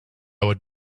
would